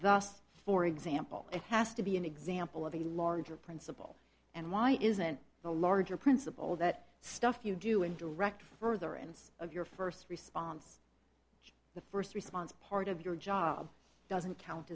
last for example it has to be an example of the larger principle and why isn't the larger principle that stuff you do in direct further ends of your first response the first response part of your job doesn't count